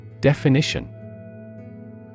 Definition